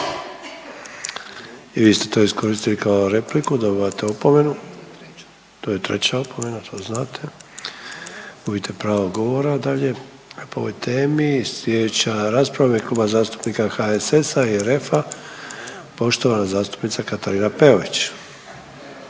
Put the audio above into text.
I vi ste to iskoristili kao repliku, dobivate opomenu. To je treća opomena to znate, gubite pravo govora dalje po ovoj temi. Slijedeća rasprava u ime Kluba zastupnika HSS i RF-a poštovana zastupnica Katarina Peović.